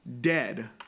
dead